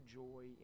joy